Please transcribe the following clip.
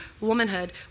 womanhood